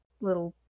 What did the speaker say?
little